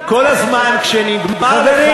חברים,